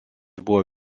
buvo